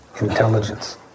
intelligence